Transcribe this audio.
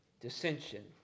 dissension